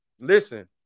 Listen